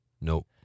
No